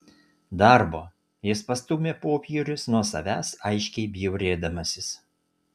darbo jis pastūmė popierius nuo savęs aiškiai bjaurėdamasis